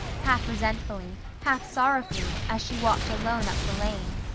half-resentfully, half-sorrowfully, as she walked alone up the lane.